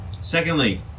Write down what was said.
Secondly